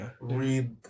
read